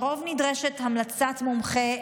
לרוב נדרשת המלצת מומחה,